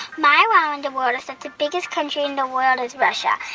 my wow in the world is that the biggest country in the world is russia.